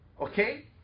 okay